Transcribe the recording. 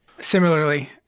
Similarly